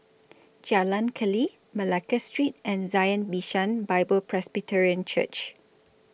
Jalan Keli Malacca Street and Zion Bishan Bible Presbyterian Church